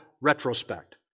retrospect